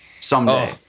Someday